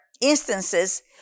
instances